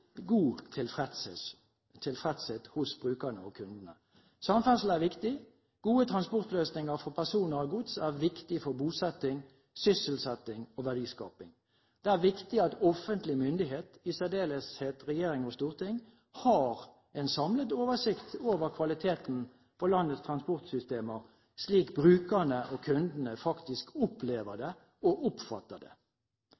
god tilfredshet hos brukerne og kundene. Samferdsel er viktig. Gode transportløsninger for personer og gods er viktig for bosetting, sysselsetting og verdiskaping. Det er viktig at offentlig myndighet – i særdeleshet regjering og storting – har en samlet oversikt over kvaliteten på landets transportsystemer, slik brukerne og kundene faktisk opplever